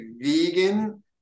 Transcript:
vegan